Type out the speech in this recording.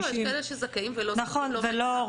יש כאלה שזכאים ולא רוצים.